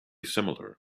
similar